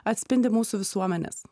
atspindi mūsų visuomenės